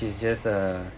she's just a